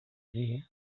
allí